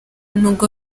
nubwo